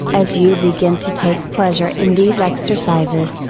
as you begin to take pleasure in these exercises,